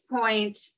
point